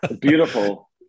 beautiful